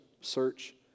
search